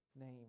name